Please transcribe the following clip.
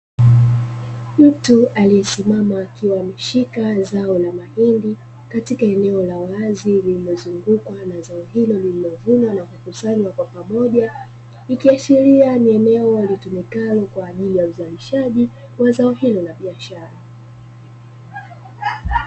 Mtu aliyesimama akiwa ameshika zao la mahindi katika eneo la wazi lililozungukwa na eneo hilo lililovunwa na kukusanywa kwa pamoja, ikiashiria ni eneo linalotumikalo kwa ajili ya uzalishaji wa eneo hilo la biashara.